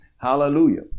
hallelujah